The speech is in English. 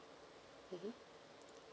mmhmm